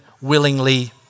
willingly